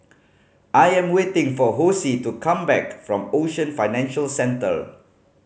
i am waiting for Hosea to come back from Ocean Financial Centre